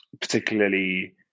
particularly